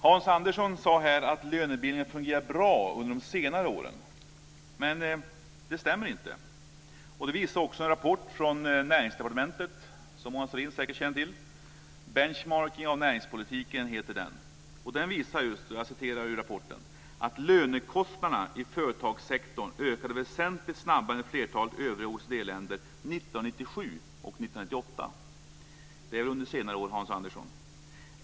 Hans Andersson sade att lönebildningen har fungerat bra under senare år, men det stämmer inte. Det visar också en rapport från Näringsdepartementet, som Mona Sahlin säkert känner till. Den heter Benchmarking av näringspolitiken. Den visar just att "lönekostnaderna i företagssektorn ökade väsentligt snabbare än i flertalet övriga OECD-länder 1997-98". Det är under senare år, Hans Andersson.